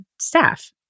staff